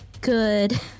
good